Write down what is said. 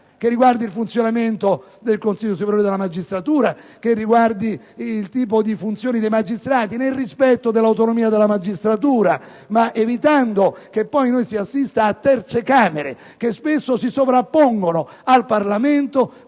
che riguarda il funzionamento del Consiglio superiore della magistratura, il tipo di funzioni dei magistrati, nel rispetto dell'autonomia della magistratura, evitando che si assista a terze Camere, che spesso si sovrappongono al Parlamento,